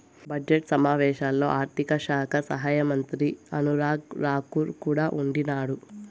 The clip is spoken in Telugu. బడ్జెట్ సమావేశాల్లో ఆర్థిక శాఖ సహాయమంత్రి అనురాగ్ రాకూర్ కూడా ఉండిన్నాడు